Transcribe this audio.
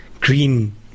green